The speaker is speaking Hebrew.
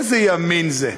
איזה ימין זה?